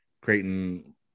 Creighton